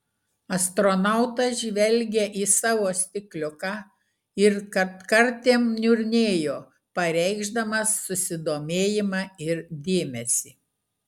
astronautas žvelgė į savo stikliuką ir kartkartėm niurnėjo pareikšdamas susidomėjimą ir dėmesį